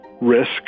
risk